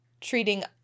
treating